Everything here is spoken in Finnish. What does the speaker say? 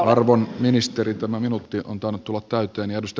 arvon ministeri tämä minuutti on tainnut tulla täyteen